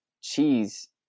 cheese